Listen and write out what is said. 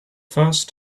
first